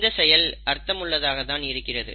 இந்த செயல் அர்த்தமுள்ளதாக தான் இருக்கிறது